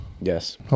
Yes